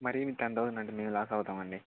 మరి ten thousand అంటే మేము లాస్ అవుతాం అండి